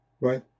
right